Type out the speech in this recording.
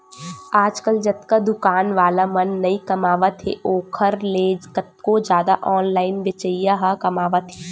आजकल जतका दुकान वाला मन नइ कमावत हे ओखर ले कतको जादा ऑनलाइन बेचइया ह कमावत हें